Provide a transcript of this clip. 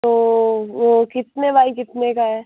तो वो कितने वाली कितने का है